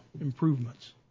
improvements